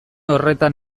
horretan